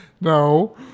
No